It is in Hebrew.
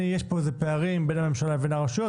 יש פה פערים בין הממשלה לבין הרשויות,